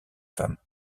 femme